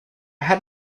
had